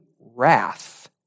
wrath